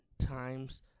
times